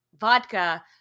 vodka